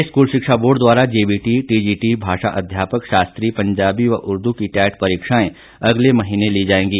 प्रदेश school शिक्षा board द्वारा JBT TGT भाषा अध्यापक शास्त्री पंजाबी व उर्दू की टैट परीक्षाएं अगले महीने ली जाएंगी